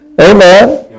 Amen